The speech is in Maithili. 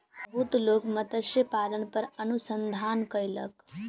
बहुत लोक मत्स्य पालन पर अनुसंधान कयलक